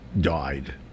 died